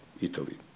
Italy